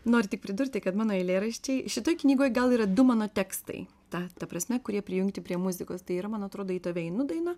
noriu tik pridurti kad mano eilėraščiai šitoj knygoj gal yra du mano tekstai ta ta prasme kurie prijungti prie muzikos tai yra man atrodo į tave einu daina